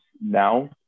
now